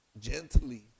gently